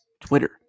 Twitter